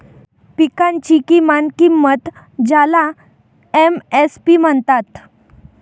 पिकांची किमान किंमत ज्याला एम.एस.पी म्हणतात